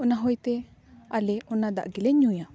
ᱚᱱᱟ ᱦᱩᱭᱛᱮ ᱟᱞᱮ ᱚᱱᱟ ᱫᱟᱜ ᱜᱮᱞᱮ ᱧᱩᱭᱟ